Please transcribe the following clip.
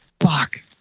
fuck